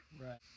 Right